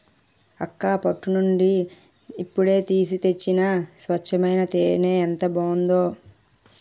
అక్కా పట్టు నుండి ఇప్పుడే తీసి తెచ్చిన స్వచ్చమైన తేనే ఎంత బావుందో